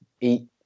eat